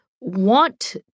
want